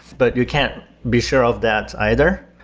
but you can't be sure of that either.